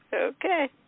Okay